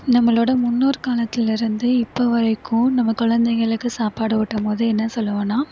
நம்மளோடய முன்னோர் காலத்துலேருந்து இப்போவரைக்கும் நம்ம குழந்தைகளுக்கு சாப்பாடு ஊட்டும்போது என்ன சொல்லுவோம்னால்